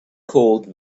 called